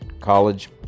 College